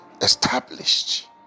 established